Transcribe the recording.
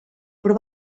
però